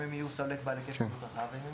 אם הם יהיו סולק בעל היקף פעילות רחב